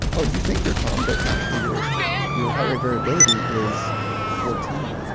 oh you think you're calm, but actually your your heartrate variability is fourteen.